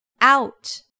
out